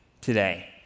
today